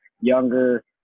younger